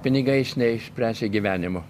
pinigais neišspręsi gyvenimo